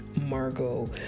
Margot